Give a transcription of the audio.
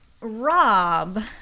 Rob